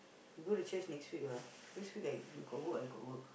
go to church next week lah this week like you got work I got work